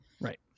Right